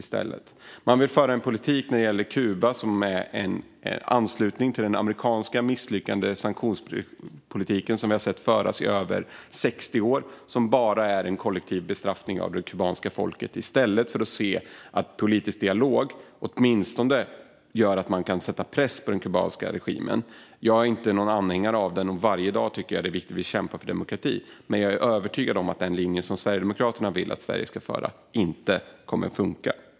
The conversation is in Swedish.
När det gäller Kuba vill man föra en politik som innebär en anslutning till den amerikanska misslyckade sanktionspolitik som vi har sett föras i över 60 år och som bara innebär en kollektiv bestraffning av det kubanska folket, i stället för att se att politisk dialog åtminstone gör att man kan sätta press på den kubanska regimen. Jag är ingen anhängare av den politiken, och jag tycker att det är viktigt att kämpa för demokrati varje dag. Men jag är övertygad om att den linje som Sverigedemokraterna vill att Sverige ska föra inte kommer att funka.